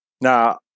Now